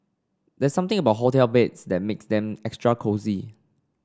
there's something about hotel beds that makes them extra cosy